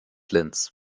linz